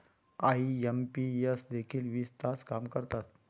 IMPS देखील वीस तास काम करतात?